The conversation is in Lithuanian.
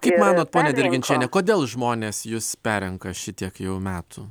kaip manot pone dirginčiene kodėl žmonės jus perrenka šitiek metų